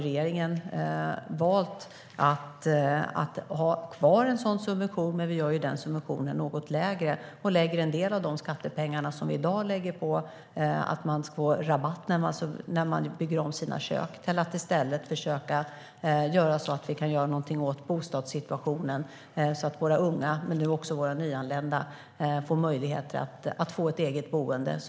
Regeringen har valt att ha kvar denna subvention, men vi gör den något mindre och lägger en del av pengarna som i dag går till rabatt för att bygga om kök på att göra något åt bostadssituationen så att våra unga och nyanlända får möjlighet till ett eget boende.